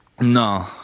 No